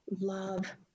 love